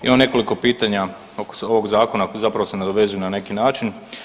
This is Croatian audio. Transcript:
Imam nekoliko pitanja oko ovog zakona, zapravo se nadovezuju na neki način.